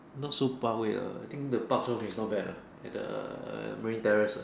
not so Parkway uh I think the Bak-Chor-Mee is not bad uh at the Marine Terrace uh